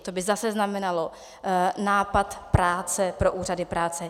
To by zase znamenalo nápor práce pro úřady práce.